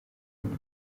nyuma